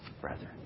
brethren